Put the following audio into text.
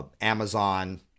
Amazon